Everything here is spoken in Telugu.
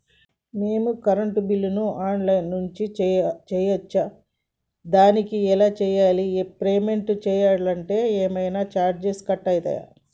మేము కరెంటు బిల్లును ఆన్ లైన్ నుంచి చేయచ్చా? దానికి ఎలా చేయాలి? పేమెంట్ చేయాలంటే ఏమైనా చార్జెస్ కట్ అయితయా?